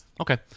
Okay